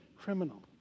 criminal